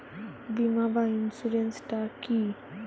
বিমা বা ইন্সুরেন্স টা কি?